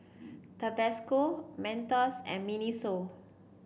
Tabasco Mentos and Miniso